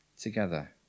together